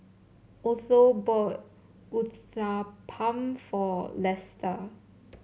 Otho bought Uthapam for Lesta